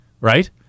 Right